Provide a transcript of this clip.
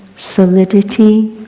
solidity,